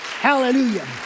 Hallelujah